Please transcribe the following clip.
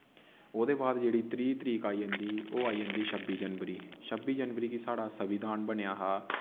ओह्दे बाद जेह्ड़ी त्री तरीक आई जंदी ओह् आई जंदी छब्बी जनबरी छब्बी जनबरी गी साढ़ा सविदान बनेया हा